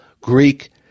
Greek